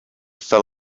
fell